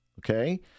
okay